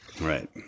right